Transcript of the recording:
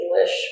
English